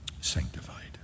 sanctified